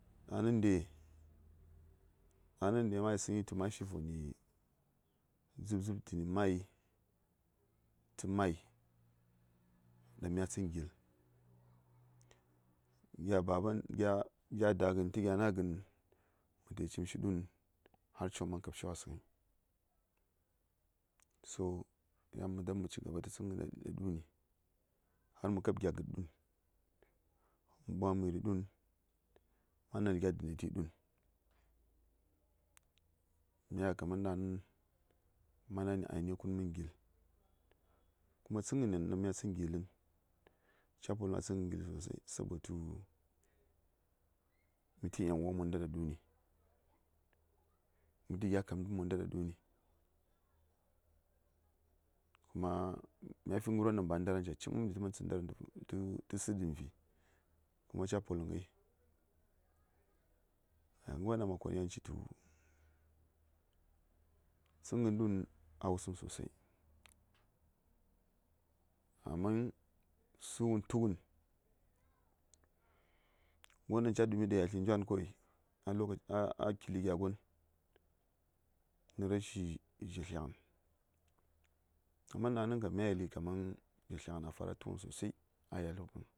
Daŋnən de mayisəŋ to maci voni dzub-dzub dəni mayi tə mayi daŋ mya tsən gil gya baban gya dagən tə gya Nagən mətayi cimshi du:n har coŋ man kabshi wasəŋyi so yan mə dab mə ci gaɓa tə tsənghən ɗa ɗuni ɗaŋni har kab gya du:n mə ɓwa məri du:n a nal gya dəna ti du:n mya yel kaman ɗaŋni ma nayi nə ainihi kun mən gil kuma tsənghənen ɗan mya tsə gilən ca poləm a tsənghən gil sosai sabotu mitə yanuwan monda ɗa ɗuni mitə gya kamdə monda ɗa ɗuni kuma mya fi ghəryo ɗaŋ ba a ndaran ca cinɗi tə man tsəndarəm tə səɗəm vi toh ca poləm ghai ah ghəryo ɗaŋ ma kon yan citu tsən ghən du:n a wusuŋ sosai amma sughən tughən ghəryo ɗaŋ ca ɗumi njwan ɗa yatli kawai a kili gyagon nə rashi dzha tlyaghən kamanɗaŋni kam mya yeli kamandzha tlyaghən a fara tughən sosai a yatlwom